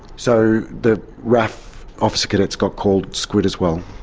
so, the raaf officer cadets got called squid as well?